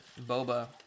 Boba